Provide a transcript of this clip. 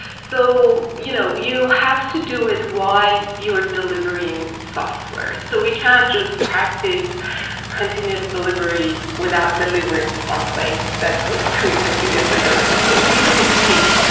so you know you have to do it while you are delivering software. so we can just practice continuous delivery without delivering something that needs to be continuously delivered. so we we usually pick,